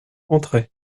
entrait